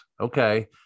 okay